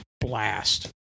blast